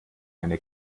eine